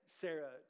Sarah